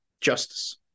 justice